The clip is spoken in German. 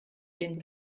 den